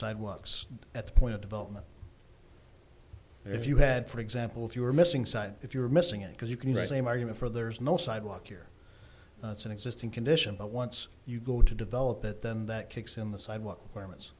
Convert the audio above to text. sidewalks at the point of development if you had for example if you were missing side if you're missing it because you can write same argument for there's no sidewalk here it's an existing condition but once you go to develop it then that kicks in the sidewalk